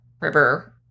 River